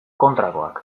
kontrakoak